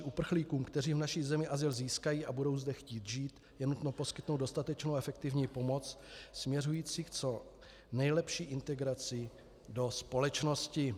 Uprchlíkům, kteří v naší zemi azyl získají a budou zde chtít žít, je nutno poskytnout dostatečnou efektivní pomoc směřující k co nejlepší integraci do společnosti.